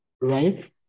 right